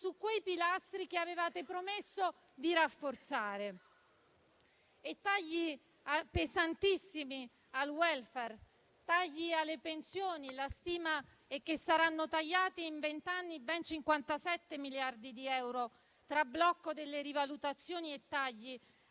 su quei pilastri che avevate promesso di rafforzare. E tagli pesantissimi al *welfare*, tagli alle pensioni; la stima è che saranno tagliati, in vent'anni, ben 57 miliardi di euro, tra blocco delle rivalutazioni e tagli